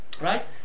right